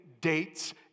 dates